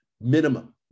Minimum